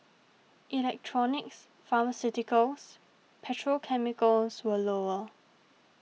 electronics pharmaceuticals petrochemicals were lower